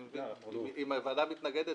אם הוועדה מתנגדת,